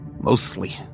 Mostly